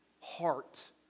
heart